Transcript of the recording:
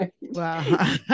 Wow